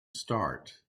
start